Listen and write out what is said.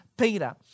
Peter